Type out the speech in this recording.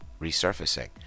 resurfacing